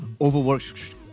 overworked